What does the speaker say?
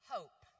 Hope